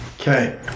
Okay